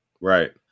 Right